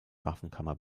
waffenkammer